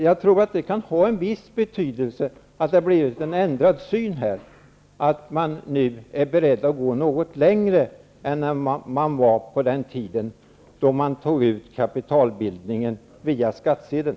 Jag tror att det kan ha en viss betydelse att det har blivit en ändrad syn och att man nu är beredd att gå något längre än på den tiden då kapitalbildningen skedde via skattsedeln.